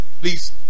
Please